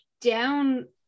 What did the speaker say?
down